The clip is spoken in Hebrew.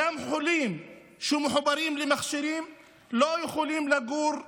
גם חולים שמחוברים למכשירים לא יכולים לגור שם,